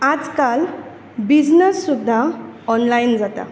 आज काल बिजनस सुद्दां ऑनलायन जाता